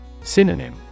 Synonym